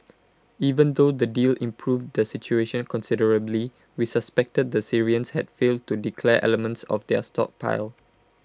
even though the deal improved the situation considerably we suspected the Syrians had failed to declare elements of their stockpile